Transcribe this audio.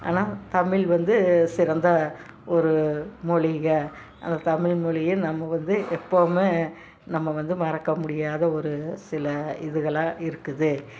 ஆனால் தமிழ் வந்து சிறந்த ஒரு மொழி அந்த தமிழ்மொழியை நம்ம வந்து எப்போமே நம்ம வந்து மறக்க முடியாத ஒரு சில இதுகளாக இருக்குது